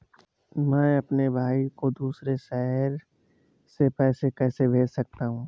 मैं अपने भाई को दूसरे शहर से पैसे कैसे भेज सकता हूँ?